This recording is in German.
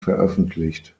veröffentlicht